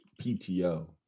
PTO